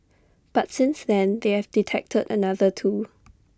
but since then they have detected another two